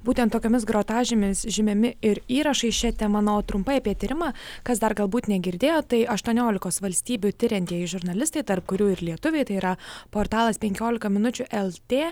būtent tokiomis grotažymėmis žymimi ir įrašai šia tema na o trumpai apie tyrimą kas dar galbūt negirdėjo tai aštuoniolikos valstybių tiriantieji žurnalistai tarp kurių ir lietuviai tai yra portalas penkiolika minučių lt